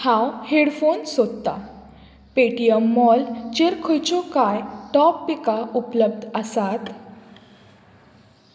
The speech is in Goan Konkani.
हांव हेडफोन्स सोदतां पेटीएम मॉलचेर खंयच्यो कांय टॉप पिकां उपलब्ध आसात